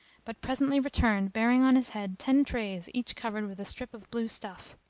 but presently returned bearing on his head ten trays each covered with a strip of blue stuff.